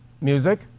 Music